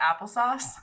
applesauce